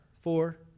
four